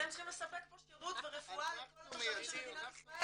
אתם צריכים לספק פה שירות ורפואה לכל התושבים של מדינת ישראל.